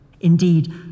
Indeed